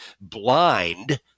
blind